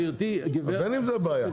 אין עם זה בעיה.